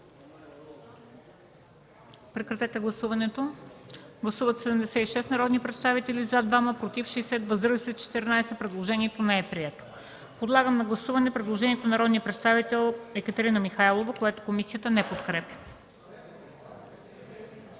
комисията не подкрепя. Гласували 76 народни представители: за 2, против 60, въздържали се 14. Предложението не е прието. Подлагам на гласуване предложението на народния представител Екатерина Михайлова, което комисията не подкрепя.